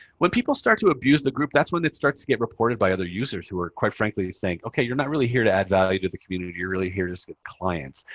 when people start to abuse the group, that's when it starts to get reported by other users who are, quite frankly, saying, ok. you're not really here to add value to the community. you're really here just to get clients.